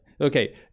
okay